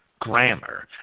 grammar